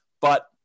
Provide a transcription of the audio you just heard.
but-